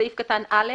בסעיף קטן (א),